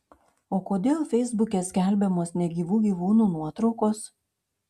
o kodėl feisbuke skelbiamos negyvų gyvūnų nuotraukos